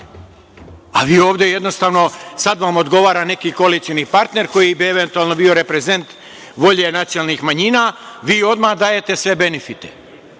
a vi ovde, jednostavno, sad vam odgovara neki koalicioni partner, koji bi eventualno bio reprezent volje nacionalnih manjina, vi odmah dajete sve